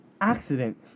Accident